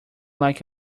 like